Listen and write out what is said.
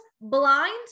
blind